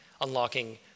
unlocking